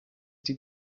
die